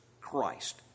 Christ